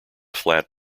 flat